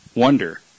Wonder